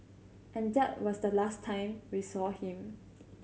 and that was the last time we saw him